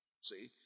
See